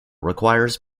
requires